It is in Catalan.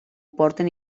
porten